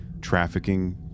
trafficking